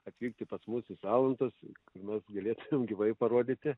atvykti pas mus į salantus nors galėsime gyvai parodyti